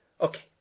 Okay